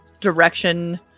direction